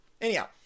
Anyhow